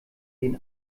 den